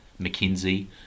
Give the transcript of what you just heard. McKinsey